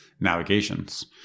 navigations